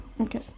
Okay